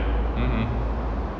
mmhmm